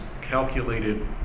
calculated